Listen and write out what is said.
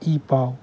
E ꯄꯥꯎ